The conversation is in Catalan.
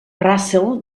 russell